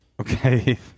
Okay